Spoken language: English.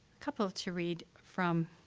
couple to read from